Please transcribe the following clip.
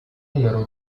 numero